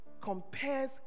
compares